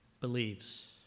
believes